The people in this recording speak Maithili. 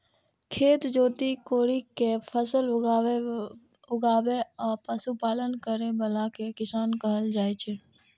खेत जोति कोड़ि कें फसल उगाबै आ पशुपालन करै बला कें किसान कहल जाइ छै